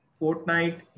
Fortnite